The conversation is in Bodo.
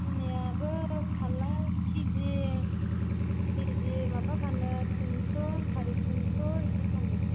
सुनायाबो फार्ला किजि किजि माबा फानो थिन्स' साराइ थिन्स' बिदि फानो